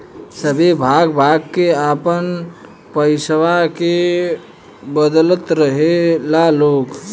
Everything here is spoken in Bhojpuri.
सभे भाग भाग के आपन पइसवा के बदलत रहेला लोग